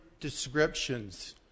descriptions